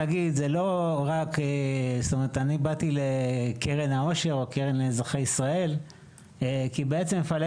אני באתי לקרן לאזרחי ישראל כי בעצם מפעלי